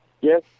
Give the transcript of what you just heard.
Yes